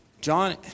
John